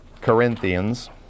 Corinthians